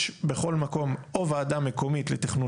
יש בכל מקום או ועדה מקומית לתכנון